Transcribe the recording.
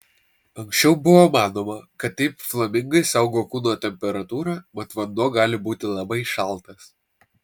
anksčiau buvo manoma kad taip flamingai saugo kūno temperatūrą mat vanduo gali būti labai šaltas